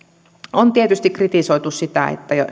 on tietysti kritisoitu sitä